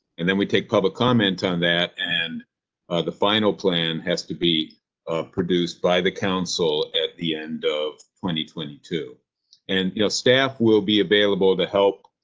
and then we take public comment on that, and the final plan has to be produced by the council at the end of two twenty two and you know staff will be available to help.